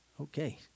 okay